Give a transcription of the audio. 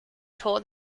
tour